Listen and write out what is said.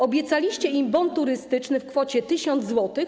Obiecaliście im bon turystyczny w kwocie 1000 zł.